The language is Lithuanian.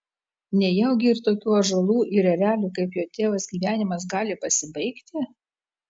nejaugi ir tokių ąžuolų ir erelių kaip jo tėvas gyvenimas gali pasibaigti